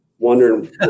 wondering